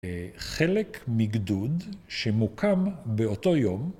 חלק מגדוד שמוקם באותו יום